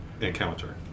encounter